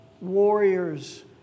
warriors